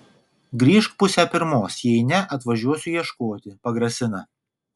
grįžk pusę pirmos jei ne atvažiuosiu ieškoti pagrasina